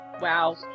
Wow